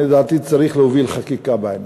לדעתי צריך להוביל חקיקה בעניין,